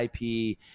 IP